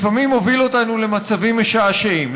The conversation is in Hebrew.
לפעמים מוביל אותנו למצבים משעשעים.